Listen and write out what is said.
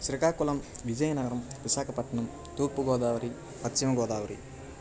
Srikakulam Vizianagaram Visakhapatnam Turpu Godavari Paschima Godavari